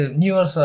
newer